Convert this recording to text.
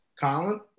Colin